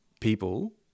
people